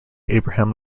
abraham